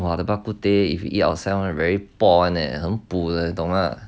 !wah! the bak but teh if you eat outside very [one] leh 很补的 leh 你懂吗